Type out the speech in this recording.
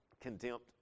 contempt